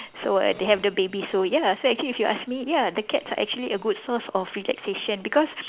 so they have the babies so ya so actually if you ask me ya the cats are actually a good source of relaxation because